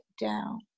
down